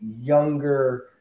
younger